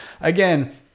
Again